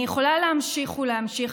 אני יכולה להמשיך ולהמשיך,